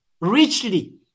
richly